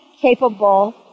capable